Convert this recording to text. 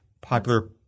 popular